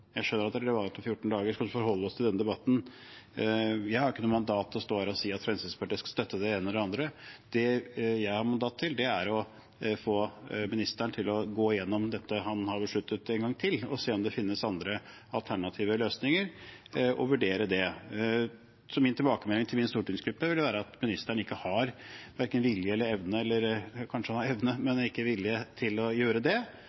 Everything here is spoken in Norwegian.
Jeg skjønner at det er relevant om 14 dager, men nå skal vi forholde oss til denne debatten. Jeg har ikke noe mandat til å stå her og si at Fremskrittspartiet skal støtte det ene eller det andre. Det jeg har mandat til, er å få ministeren til en gang til å gå gjennom det han har besluttet, og se om det finnes andre, alternative løsninger og vurdere det. Min tilbakemelding til min stortingsgruppe ville være at ministeren ikke har vilje – evne har han kanskje – til å gjøre det,